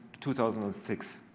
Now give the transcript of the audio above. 2006